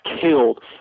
killed